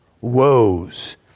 woes